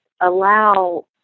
allow